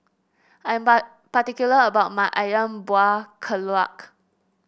I am particular about my ayam Buah Keluak